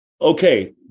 Okay